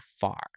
far